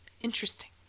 Interesting